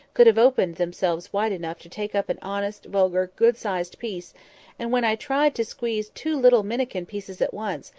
could have opened themselves wide enough to take up an honest, vulgar good-sized piece and when i tried to seize two little minnikin pieces at once,